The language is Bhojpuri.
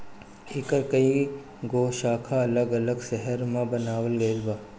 एकर कई गो शाखा अलग अलग शहर में बनावल गईल बा